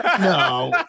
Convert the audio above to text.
No